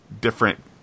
different